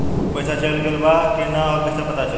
पइसा चल गेलऽ बा कि न और कइसे पता चलि?